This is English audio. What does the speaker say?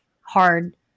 hard